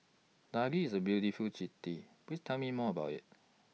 Dili IS A beautiful City Please Tell Me More about IT